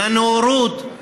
לנאורות.